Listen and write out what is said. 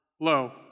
low